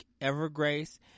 Evergrace